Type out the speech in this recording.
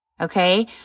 Okay